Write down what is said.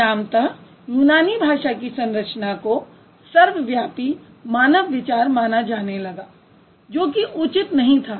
परिणामत यूनानी भाषा की संरचना को सर्वव्यापी मानव विचार माना जाने लगा जो कि उचित नहीं था